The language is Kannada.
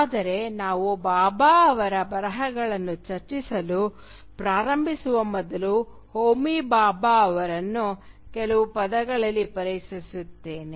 ಆದರೆ ನಾವು ಭಾಭಾ ಅವರ ಬರಹಗಳನ್ನು ಚರ್ಚಿಸಲು ಪ್ರಾರಂಭಿಸುವ ಮೊದಲು ಹೋಮಿ ಭಾಭಾ ಅವರನ್ನು ಕೆಲವು ಪದಗಳಲ್ಲಿ ಪರಿಚಯಿಸುತ್ತೇನೆ